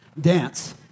dance